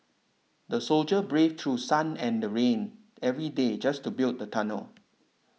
the soldier braved through sun and the rain every day just to build the tunnel